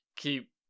Keep